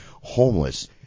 homeless